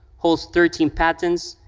holds thirteen patents,